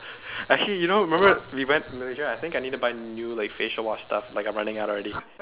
actually you know remember we went Malaysia I think I need to buy like new like facial wash stuff like I'm running out already